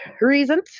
reasons